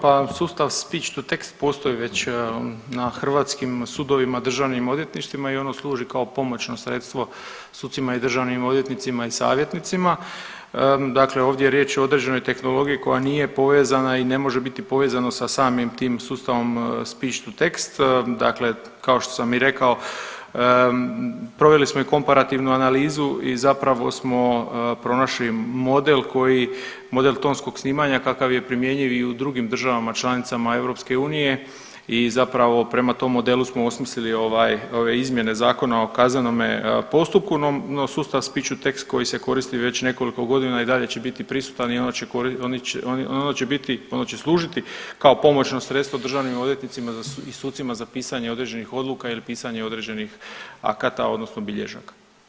Pa sustav Speech to Text postoji već na hrvatskim sudovima i državnim odvjetništvima i ono služi kao pomoćno sredstvo sucima i državnim odvjetnicima i savjetnicima, dakle ovdje je riječ o određenoj tehnologiji koja nije povezana i ne može biti povezano sa samim tim sustavom Speech to Text, dakle kao što sam i rekao proveli smo i komparativnu analizu i zapravo smo pronašli model koji, model tonskog snimanja kakav je primjenjiv i u drugim državama članicama EU i zapravo prema tom modelu smo osmislili ovaj, ove izmjene ZKP-a, no sustav Speech to Text koji se koristi već nekoliko godina i dalje će biti prisutan i ono će biti, ono će služiti kao pomoćno sredstvo državnim odvjetnicima i sucima za pisanje određenih odluka ili pisanje određenih akata odnosno bilježaka.